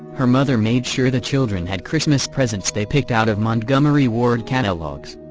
her mother made sure the children had christmas presents they picked out of montgomery ward catalogs.